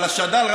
אבל השד"ל,